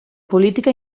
política